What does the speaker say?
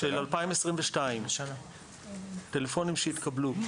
של 2022, טלפונים שהתקבלו.